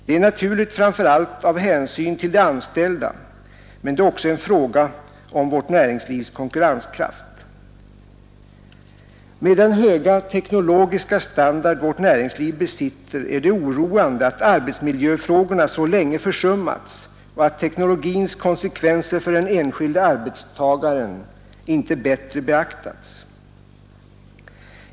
Det är naturligt, framför allt av hänsyn till de anställda, men det är också en fråga om vårt näringslivs konkurrenskraft. Med den höga teknologiska standard vårt näringsliv besitter är det oroande att arbetsmiljöfrågorna så länge försummats och att teknologins konsekvenser för den enskilde arbetstagaren inte bättre beaktats.